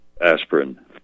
aspirin